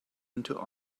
into